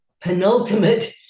penultimate